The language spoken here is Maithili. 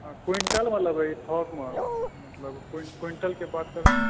हाँ क्विण्टल मे लेबै थोक मे मतलब क्विण्टल के बात करू ने